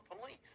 police